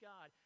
God